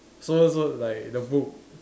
so so like the book